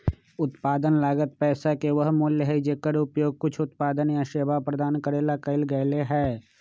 उत्पादन लागत पैसा के वह मूल्य हई जेकर उपयोग कुछ उत्पादन या सेवा प्रदान करे ला कइल गयले है